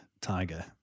tiger